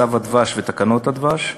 צו הדבש ותקנות הדבש,